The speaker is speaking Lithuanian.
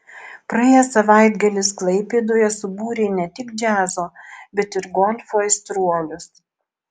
praėjęs savaitgalis klaipėdoje subūrė ne tik džiazo bet ir golfo aistruolius